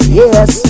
yes